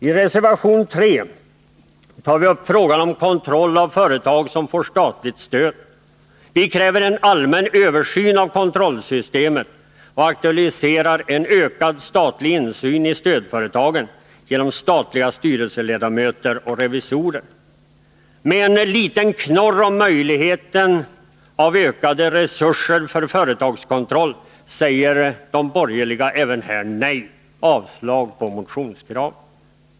I reservation 3 tar vi upp frågan om kontroll av företag som får statligt stöd. Vi kräver en allmän översyn av kontrollsystemet och aktualiserar en ökad statlig insyn i stödföretagen genom statliga styrelseledamöter och revisorer. Med en liten knorr om möjligheten till ökade resurser för företagskontroll säger de borgerliga även här nej och yrkar avslag på motionskravet.